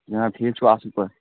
جِناب ٹھیٖک چھُوا اَصٕل پٲٹھۍ